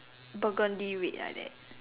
burgundy red like that